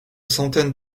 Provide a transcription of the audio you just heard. centaines